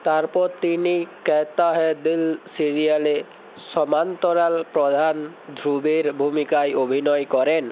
তারপর তিনি কেহতা হ্যায় দিল সিরিয়ালে সমান্তরাল প্রধান ধ্রুবের ভূমিকায় অভিনয় করেন